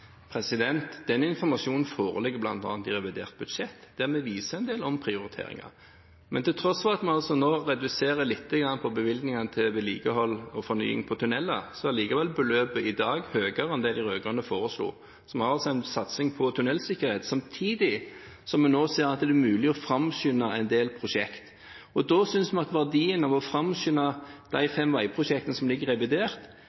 Den informasjonen foreligger bl.a. i revidert budsjett, der vi viser en del omprioriteringer. Men til tross for at vi nå altså reduserer lite grann på bevilgningene til vedlikehold og fornyelse på tunneler, er likevel beløpet i dag høyere enn det de rød-grønne foreslo. Så vi har altså en satsing på tunnelsikkerhet samtidig som vi nå ser at det er mulig å framskynde en del prosjekter. Og da synes vi at det er viktig å framskynde de